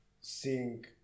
seeing